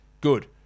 good